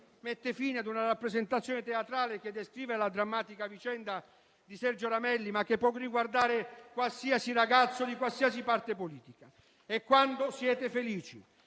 mette fine a una rappresentazione teatrale che descrive la drammatica vicenda di Sergio Ramelli, ma che può riguardare qualsiasi ragazzo di qualsiasi parte politica. E quando siete felici